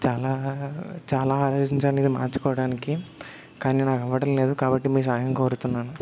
చాలా చాలా ఆలోచించాను ఇది మార్చుకోవడానికి కానీ నాకు అవ్వడం లేదు కాబట్టి మీ సహాయం కోరుతున్నాను